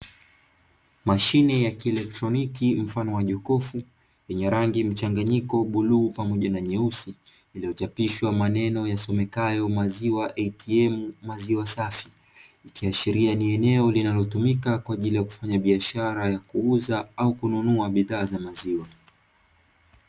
Mashine ya kielektroniki mfano wa jokofu, yenye rangi mchanganyiko bluu pamoja na nyeusi iliyochapishwa maneno yasomekayo "maziwa ATM, maziwa safi", ikiashiria ni eneo linalotumika kufanya biashara ya kuuza au kununua bidhaa za maziwa.